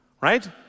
right